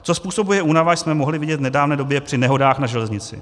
Co způsobuje únava, jsme mohli vidět v nedávné době při nehodách na železnici.